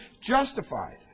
justified